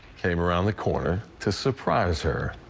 came around the corner to surprise her.